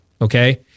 Okay